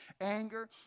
anger